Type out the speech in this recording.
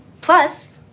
Plus